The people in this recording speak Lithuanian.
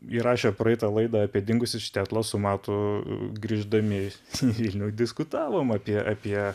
įrašę praeitą laidą apie dingusį štetlą su matu grįždami į vilnių diskutavom apie apie